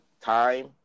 time